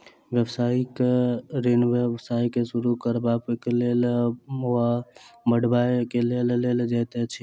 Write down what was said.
व्यवसायिक ऋण व्यवसाय के शुरू करबाक लेल वा बढ़बय के लेल लेल जाइत अछि